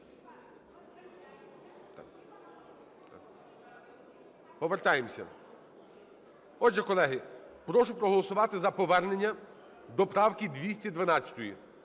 повертаємося. Отже, колеги, прошу проголосувати за повернення до правки 212.